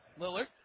Lillard